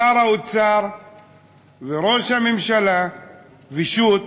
שר האוצר וראש הממשלה ושות',